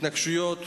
התנגשויות